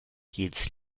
jedes